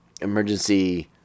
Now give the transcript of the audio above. emergency